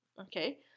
Okay